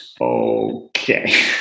Okay